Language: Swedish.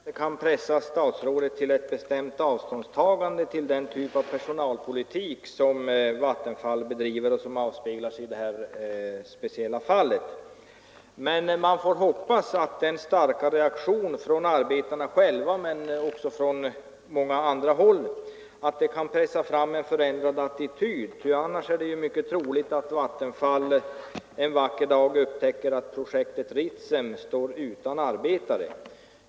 Herr talman! Jag förstår att jag inte kan pressa statsrådet till ett bestämt avståndstagande från den typ av personalpolitik som Vattenfall bedriver och som avspeglas i det här speciella fallet. Men man får hoppas att den starka reaktionen från arbetarna själva och från många andra håll kan pressa fram en förändrad attityd, ty annars är det mycket troligt att Vattenfall en vacker dag upptäcker att projektet Ritsem står utan arbetare.